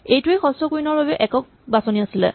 এইটোৱেই ষষ্ঠ কুইন ৰ বাবে একক বাচনি আছিলে